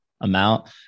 amount